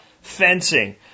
fencing